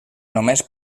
només